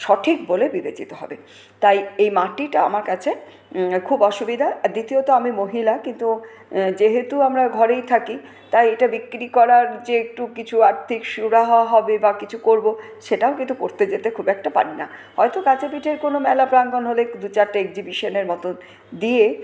সঠিক বলে বিবেচিত হবে তাই এই মাটিটা আমার কাছে খুব অসুবিধা দ্বিতীয়ত আমি মহিলা কিন্তু যেহেতু আমরা ঘরেই থাকি তাই এটা বিক্রি করার যে একটু কিছু আর্থিক সুরাহা হবে বা কিছু করবো সেটাও কিন্তু করতে যেতে খুব একটা পারিনা হয়তো কাছে পিঠের কোনো মেলা প্রাঙ্গন হলে দু চারটে এক্সিবিশানের মতো দিয়ে